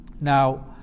Now